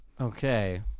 Okay